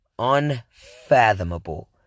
Unfathomable